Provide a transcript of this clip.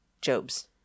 Job's